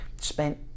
spent